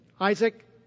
Isaac